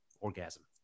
orgasm